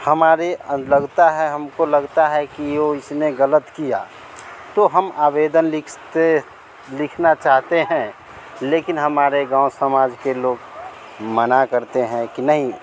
हमारे लगता है हमको लगता है कि वो इसने ग़लत किया तो हम आवेदन लिख सकते लिखना चाहते हैं लेकिन हमारे गाँव समाज के लोग मना करते हैं कि नहीं